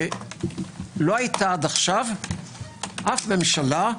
לא הייתה עד עכשיו אף ממשלה,